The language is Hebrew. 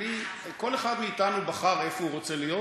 כל אחד מאתנו בחר איפה הוא רוצה להיות.